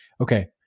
okay